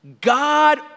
God